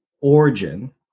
origin